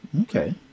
okay